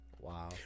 Wow